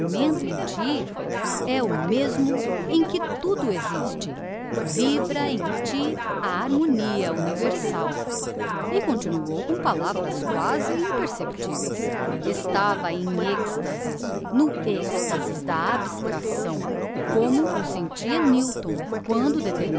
em ti é o mesmo em que tudo existe vibra em ti a harmonia universal e continuou com palavras quasi imperceptiveis estava em extasis no extasis da abstracção como o sentia newton quando